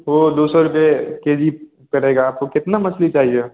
वह दो सौ रुपये के जी पड़ेगा आपको कितनी मछली चाहिए